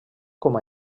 com